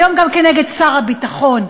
והיום גם נגד שר הביטחון,